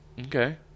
Okay